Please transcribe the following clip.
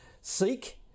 Seek